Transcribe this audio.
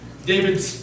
David